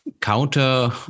counter